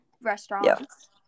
restaurants